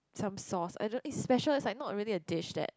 some sauce I don't it's special like it's not really a dish that